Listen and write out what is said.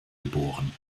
geboren